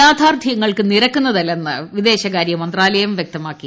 യാഥാർത്ഥ്യങ്ങൾക്ക് നിരക്കുന്നതല്ലെന്ന് വിദേശകാര്യ മന്ത്രാലയം വ്യക്തമാക്കി